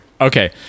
Okay